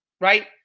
right